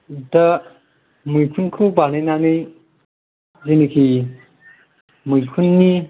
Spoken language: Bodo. दा मैखुनखौ बानायनानै जायनाखि मैखुननि